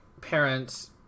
parents